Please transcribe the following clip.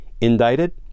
indicted